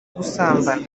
gusambana